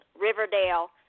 Riverdale